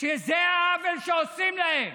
שזה העוול שעושים להן,